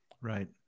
Right